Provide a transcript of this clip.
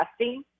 testing